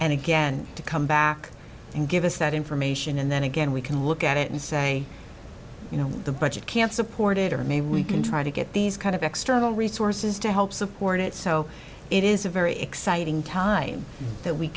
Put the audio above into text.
and again to come back and give us that information and then again we can look at it and say you know the budget can't support it or maybe we can try to get these kind of extra resources to help support it so it is a very exciting time that we